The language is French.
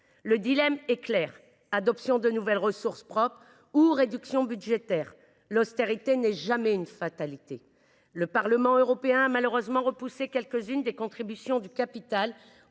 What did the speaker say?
Le dilemme est clair : soit l’on adopte de nouvelles ressources propres, soit l’on vote des réductions budgétaires. L’austérité n’est jamais une fatalité ! Le Parlement européen a malheureusement repoussé quelques-unes des contributions du capital